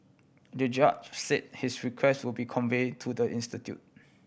the judge said his request would be convey to the institute